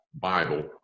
Bible